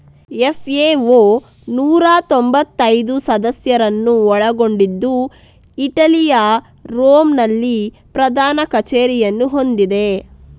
FAO ನೂರಾ ತೊಂಭತ್ತೈದು ಸದಸ್ಯರನ್ನು ಒಳಗೊಂಡಿದ್ದು ಇಟಲಿಯ ರೋಮ್ ನಲ್ಲಿ ಪ್ರಧಾನ ಕಚೇರಿಯನ್ನು ಹೊಂದಿದೆ